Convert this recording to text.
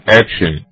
action